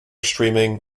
streaming